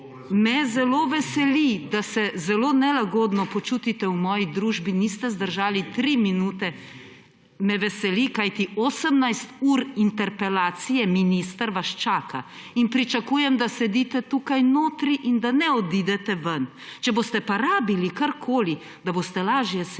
Me zelo veseli, da se zelo nelagodno počutite v moji družbi, niste zdržali tri minute …/ oglašanje iz ozadja/ Me veseli, kajti 18 ur interpelacije, minister, vas čaka in pričakujem, da sedite tukaj notri in da ne odidete ven. Če boste pa rabili karkoli, da boste lažje sedeli,